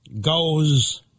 goes